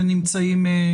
שנמצאים.